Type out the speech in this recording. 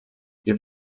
wir